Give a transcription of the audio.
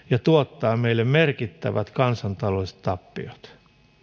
ja tuottaa meille merkittävät kansantaloudelliset tappiot